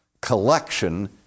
collection